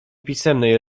pisemnej